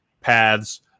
paths